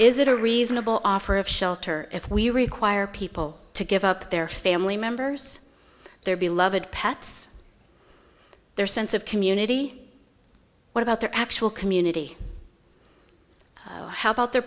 is it a reasonable offer of shelter if we require people to give up their family members their beloved pets their sense of community what about their actual community how about their